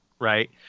Right